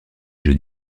jeux